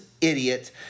idiot